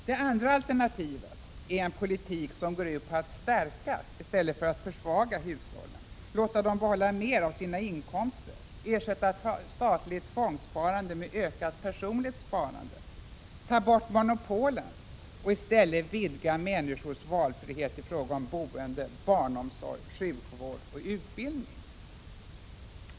Det andra alternativet är en politik, som går ut på att stärka i stället för att försvaga hushållen, låta dem få behålla mer av sina inkomster, ersätta statligt tvångssparande med ökat personligt sparande, ta bort monopolen och i stället vidga människornas valfrihet i fråga om boende, barnomsorg, sjukvård och utbildning.